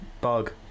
bug